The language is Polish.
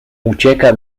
ucieka